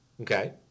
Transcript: Okay